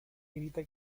grita